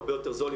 הרבה יותר זול,